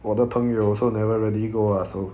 我的朋友 also never really go ah so